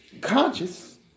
conscious